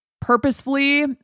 purposefully